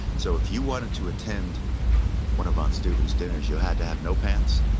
so if you wanted to attend one of von steuben's dinners, you had to have no pants,